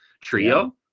trio